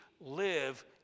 live